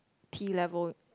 ~ty level